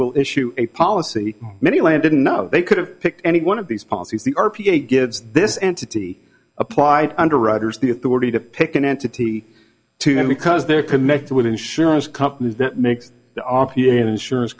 will issue a policy many land didn't know they could have picked any one of these policies the r p i gives this entity applied underwriters the authority to pick an entity to them because they're connected with insurance companies that makes the r v an insurance